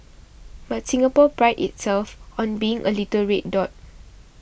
but Singapore prides itself on being a little red dot